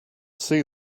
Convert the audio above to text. see